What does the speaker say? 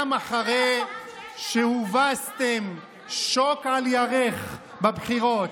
גם אחרי שהובסתם שוק על ירך בבחירות,